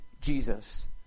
Jesus